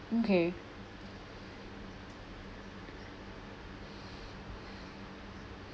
okay